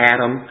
Adam